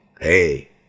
hey